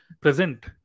present